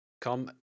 come